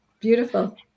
Beautiful